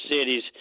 cities